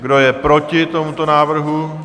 Kdo je proti tomuto návrhu?